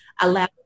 allow